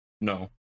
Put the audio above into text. no